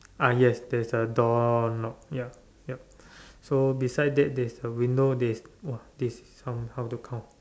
ah yes there is a door knob ya yup so beside that there is a window that is !wah! this how this how to count